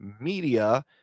media